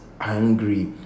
angry